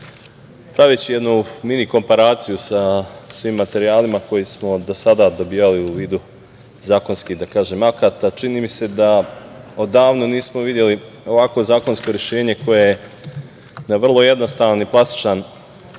praviću jednu mini komparaciju sa svim materijalima koji smo do sada dobijali u vidu zakonski, da kažem, akata, čini mi se da odavno nismo videli ovakvo zakonsko rešenje koje je na vrlo jednostavan i plastičan